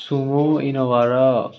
Sumo Innova र